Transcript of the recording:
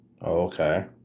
Okay